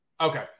Okay